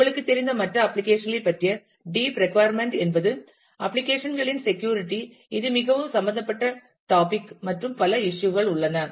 உங்களுக்குத் தெரிந்த மற்ற அப்ளிகேஷன் களைப் பற்றிய டீப் ரெக்குயர்மென்ட்ஸ் என்பது அப்ளிகேஷன் களின் செக்யூரிட்டி இது மிகவும் சம்பந்தப்பட்ட டாப்பிக் மற்றும் பல இஷ்யூ கள் உள்ளன